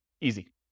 Easy